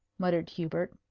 muttered hubert.